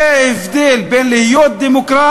זה ההבדל בין להיות דמוקרט